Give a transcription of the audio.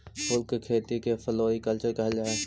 फूल के खेती के फ्लोरीकल्चर कहल जा हई